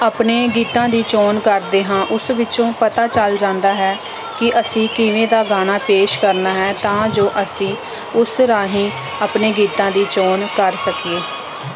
ਆਪਣੇ ਗੀਤਾਂ ਦੀ ਚੋਣ ਕਰਦੇ ਹਾਂ ਉਸ ਵਿੱਚੋਂ ਪਤਾ ਚੱਲ ਜਾਂਦਾ ਹੈ ਕਿ ਅਸੀਂ ਕਿਵੇਂ ਦਾ ਗਾਣਾ ਪੇਸ਼ ਕਰਨਾ ਹੈ ਤਾਂ ਜੋ ਅਸੀਂ ਉਸ ਰਾਹੀਂ ਆਪਣੇ ਗੀਤਾਂ ਦੀ ਚੋਣ ਕਰ ਸਕੀਏ